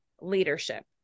leadership